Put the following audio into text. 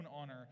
honor